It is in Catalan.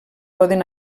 poden